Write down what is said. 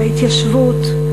בהתיישבות,